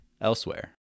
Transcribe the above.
elsewhere